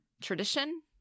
Tradition